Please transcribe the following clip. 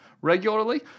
regularly